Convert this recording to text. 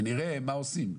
ונראה מה עושים.